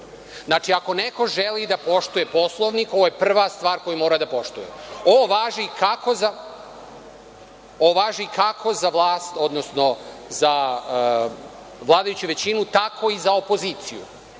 ako neko želi da poštuje Poslovnik, ovo je prva stvar koju ora da poštuje. Ovo važi kako za vlast, odnosno za vladajuću većinu, tako i za opoziciju.